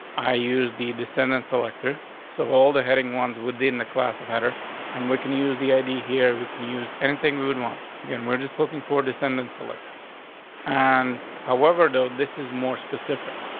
i used the descendant selector so older, heading ones within the class of header and we can use the i. d. here we can use anything we would want again. we're just looking for descendants elected on and however, though this is more specific.